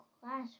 class